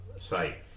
site